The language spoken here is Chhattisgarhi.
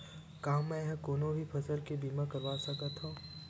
का मै ह कोनो भी फसल के बीमा करवा सकत हव?